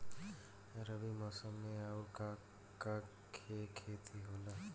रबी मौसम में आऊर का का के खेती होला?